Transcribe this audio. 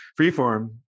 freeform